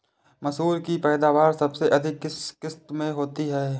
मसूर की पैदावार सबसे अधिक किस किश्त में होती है?